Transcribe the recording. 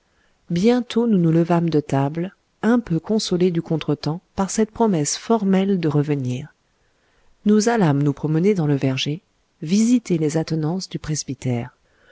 bientôt nous nous levâmes de table un peu consolés du contretemps par cette promesse formelle de revenir nous allâmes nous promener dans le verger visiter les attenances du presbytère